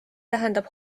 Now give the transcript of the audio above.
tähendab